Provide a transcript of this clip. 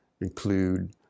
include